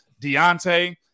Deontay